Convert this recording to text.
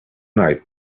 night